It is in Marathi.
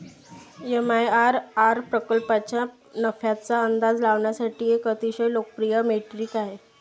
एम.आय.आर.आर प्रकल्पाच्या नफ्याचा अंदाज लावण्यासाठी एक अतिशय लोकप्रिय मेट्रिक आहे